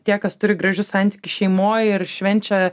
tie kas turi gražius santykius šeimoj ir švenčia